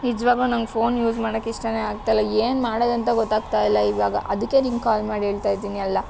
ನಿಜವಾಗಲೂ ನನಗೆ phone use ಮಾಡೋಕ್ಕೆ ಇಷ್ಟವೇ ಆಗ್ತಾ ಇಲ್ಲ ಏನು ಮಾಡೋದಂತ ಗೊತ್ತಾಗ್ತಾ ಇಲ್ಲ ಈವಾಗ ಅದಕ್ಕೆ ನಿನಗೆ ಕಾಲ್ ಮಾಡಿ ಹೇಳ್ತಾ ಇದ್ದೀನಿ ಎಲ್ಲ